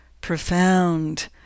profound